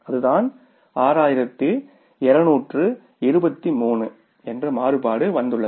அதுதான் 6223 என்று மாறுபாடு வந்துள்ளது